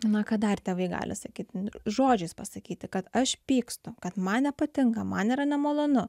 na ką dar tėvai gali sakyt žodžiais pasakyti kad aš pykstu kad man nepatinka man yra nemalonu